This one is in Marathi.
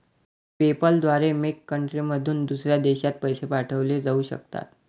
पेपॅल द्वारे मेक कंट्रीमधून दुसऱ्या देशात पैसे पाठवले जाऊ शकतात